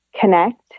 connect